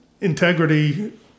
integrity